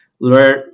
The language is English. learn